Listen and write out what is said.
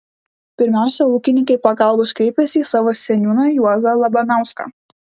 pirmiausia ūkininkai pagalbos kreipėsi į savo seniūną juozą labanauską